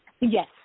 Yes